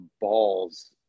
balls